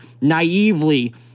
naively